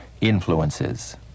influences